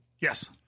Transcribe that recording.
Yes